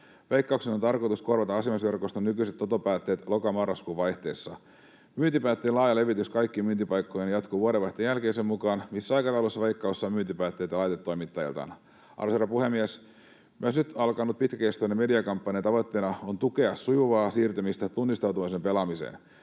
Veikkauksen on tarkoitus korvata asioimisverkoston nykyiset totopäätteet loka—marraskuun vaihteessa. Myyntipäätteen laaja levitys kaikkiin myyntipaikkoihin jatkuu vuodenvaihteen jälkeen sen mukaan, missä aikataulussa Veikkaus saa myyntipäätteitä laitetoimittajaltaan. Arvoisa herra puhemies! Myös nyt alkaneen pitkäkestoisen mediakampanjan tavoitteena on tukea sujuvaa siirtymistä tunnistautuneena pelaamiseen.